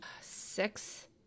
six